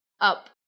up